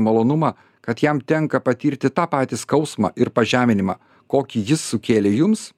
malonumą kad jam tenka patirti tą patį skausmą ir pažeminimą kokį jis sukėlė jums